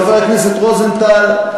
חבר הכנסת רוזנטל,